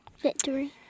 Victory